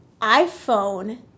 iPhone